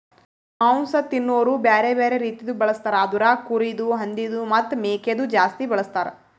ಮಾಂಸ ತಿನೋರು ಬ್ಯಾರೆ ಬ್ಯಾರೆ ರೀತಿದು ಬಳಸ್ತಾರ್ ಅದುರಾಗ್ ಕುರಿದು, ಹಂದಿದು ಮತ್ತ್ ಮೇಕೆದು ಜಾಸ್ತಿ ಬಳಸ್ತಾರ್